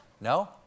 No